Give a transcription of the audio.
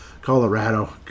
colorado